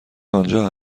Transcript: آنجا